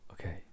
okay